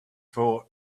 for